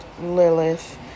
Lilith